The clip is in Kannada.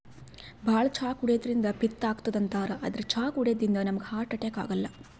ಭಾಳ್ ಚಾ ಕುಡ್ಯದ್ರಿನ್ದ ಪಿತ್ತ್ ಆತದ್ ಅಂತಾರ್ ಆದ್ರ್ ಚಾ ಕುಡ್ಯದಿಂದ್ ನಮ್ಗ್ ಹಾರ್ಟ್ ಅಟ್ಯಾಕ್ ಆಗಲ್ಲ